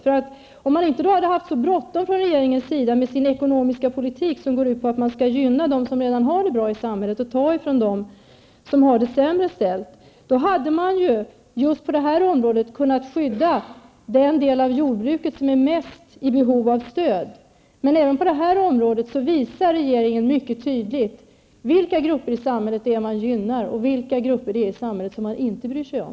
Om regeringen inte hade haft så bråttom med sin ekonomiska politik, som går ut på att man skall gynna dem som redan har det bra i samhället och ta från dem som har det sämre ställt, hade regeringen just på detta område kunnat skydda den del av jordbruket som är i störst behov av stöd. Även på detta område visar regeringen mycket tydligt vilka grupper i samhället man gynnar och vilka grupper man inte bryr sig om.